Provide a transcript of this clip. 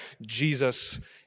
Jesus